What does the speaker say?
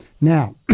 Now